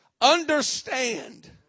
understand